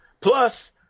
plus